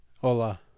Hola